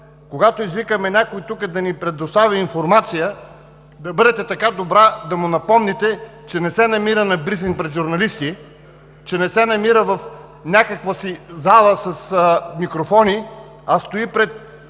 когато извикаме някой тук да ни предостави информация, да бъдете така добра да му напомните, че не се намира на брифинг пред журналисти, че не се намира в някаква си зала с микрофони, а стои пред